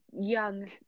young